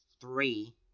three